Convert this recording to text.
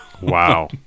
wow